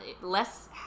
less